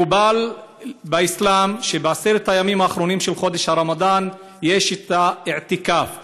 מקובל באסלאם שבעשרת הימים האחרונים של חודש הרמדאן יש "אעתכאף ",